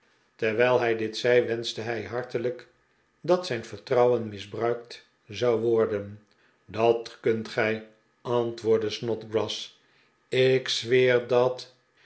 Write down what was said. terwijl hij dit zei wenschte hij hartelijk dat zijn vertrouwen misbruikt zou worden dat kunt gij antwoordde snodgrass ik zweer dat